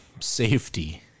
Safety